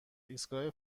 ایستگاه